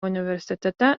universitete